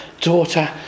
daughter